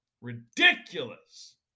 Ridiculous